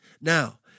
Now